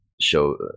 show